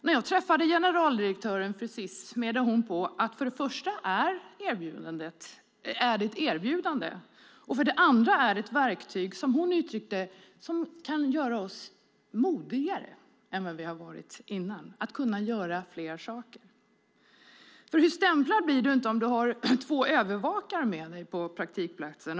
När jag träffade generaldirektören för Sis menade hon att det för det första är ett erbjudande och att det för det andra är ett verktyg som ger dem mod att göra fler saker. Hur stämplad blir man inte om man har två övervakare med sig på praktikplatsen?